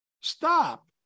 stop